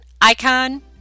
icon